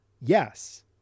Yes